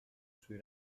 sui